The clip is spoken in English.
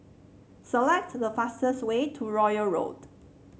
select the fastest way to Royal Road